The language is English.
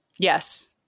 Yes